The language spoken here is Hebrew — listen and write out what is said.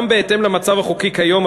גם בהתאם למצב החוקי כיום,